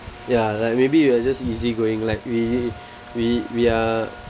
ya like maybe you are just easy going like we we we are